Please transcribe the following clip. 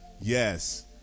yes